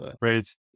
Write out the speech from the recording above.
rates